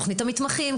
לתכנית המתמחים,